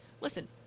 Listen